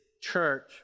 church